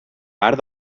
part